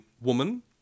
woman